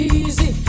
easy